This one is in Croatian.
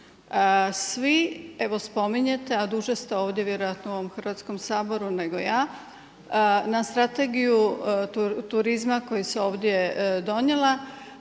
svi evo spominjete, a duže ste ovdje vjerojatno u ovom Hrvatskom saboru nego ja, na Strategiju turizma koja se ovdje donijela,